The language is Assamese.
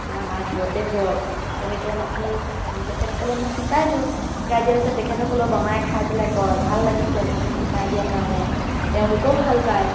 বা আমাৰ ঘৰতে হওক তেনেকৈ মাতি তেখেতসকলক মই শিকাই দিওঁ শিকাই দিয়াৰ পিছত তেখেতসকলেও বনাই খায় পেলাই কয় ভাল লাগিছে এনেকৈ শিকাই দিয়াৰ কাৰণে তেওঁলোকেও ভাল পায়